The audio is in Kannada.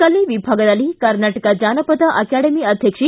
ಕಲೆ ವಿಭಾಗದಲ್ಲಿ ಕರ್ನಾಟಕ ಜಾನಪದ ಅಕಾಡೆಮಿ ಅಧ್ಯಕ್ಷೆ